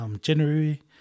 January